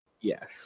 Yes